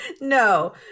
No